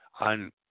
on